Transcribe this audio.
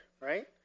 right